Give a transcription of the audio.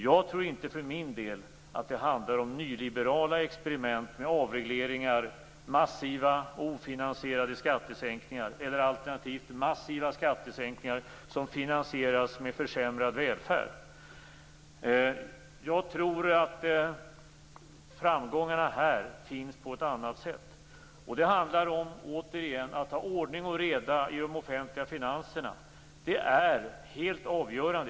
Jag tror inte för min del att det handlar om nyliberala experiment med avregleringar, massiva och ofinansierade skattesänkningar alternativt massiva skattesänkningar som finansieras med försämrad välfärd. Jag tror att framgångarna här går att nå på ett annat sätt. Det handlar återigen om att ha ordning och reda i de offentliga finanserna. Det är helt avgörande.